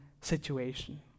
situation